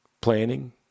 planning